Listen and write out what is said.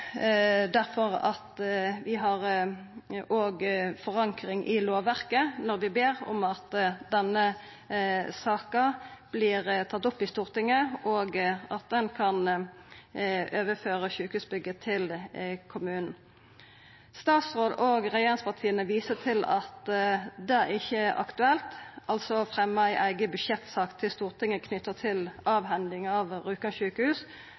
vi òg har forankring i lovverket når vi ber om at denne saka vert tatt opp i Stortinget, og at ein kan overføra sjukehusbygget til kommunen. Statsråden og regjeringspartia viser til at det ikkje er aktuelt å fremja ei eiga budsjettsak til Stortinget knytt til avhendinga av Rjukan sjukehus.